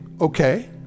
okay